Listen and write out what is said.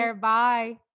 Bye